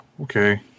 okay